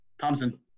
Thompson